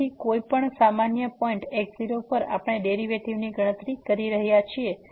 તેથી કોઈપણ સામાન્ય પોઈન્ટ x0 પર આપણે ડેરિવેટિવની ગણતરી કરી રહ્યા છીએ